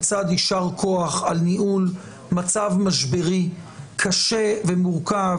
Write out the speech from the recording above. בצד יישר כוח על ניהול מצב משברי קשה ומורכב,